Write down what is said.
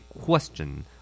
question